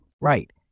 Right